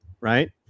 right